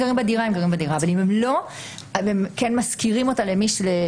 הם משכירים אותה לצד שלישי או מוכרים אותה,